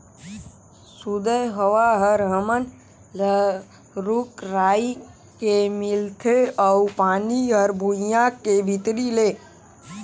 सुदय हवा हर हमन ल रूख राई के मिलथे अउ पानी हर भुइयां के भीतरी ले